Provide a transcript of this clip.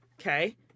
Okay